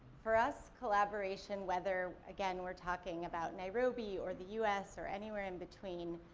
for us, collaboration, whether again, we're talking about narobi or the u s. or anywhere in between,